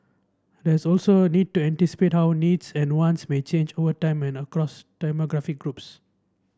there's also need to anticipate how needs and wants may change over time and across demographic groups